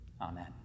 Amen